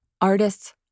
Artists